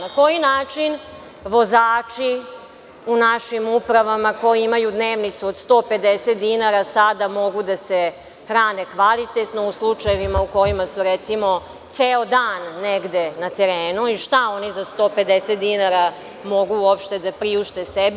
Na koji način vozači u našim upravama koji imaju dnevnicu od 150 dinara sada mogu da se hrane kvalitetno u slučajevima u kojima su recimo ceo dan negde na terenu i šta oni za 150 dinara mogu uopšte da priušte sebi?